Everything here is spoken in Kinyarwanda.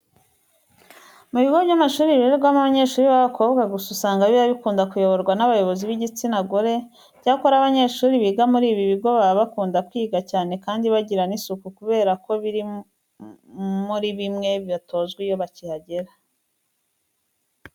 Mu bigo by'amashuri birererwamo abanyeshuri b'abakobwa gusa usanga biba bikunda kuyoborwa n'abayobozi b'igitsina gore. Icyakora abanyeshuri biga muri ibi bigo baba bakunda kwiga cyane kandi bagira n'isuku kubera ko biri muri bimwe batozwa iyo bakihagera.